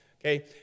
okay